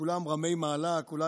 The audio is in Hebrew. כולם רמי מעלה, כולם